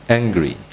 angry